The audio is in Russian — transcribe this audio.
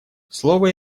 слово